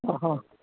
ആ ഹാ